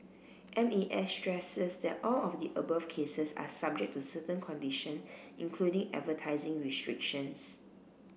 M A S stresses that all of the above cases are subject to certain condition including advertising restrictions